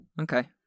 Okay